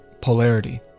polarity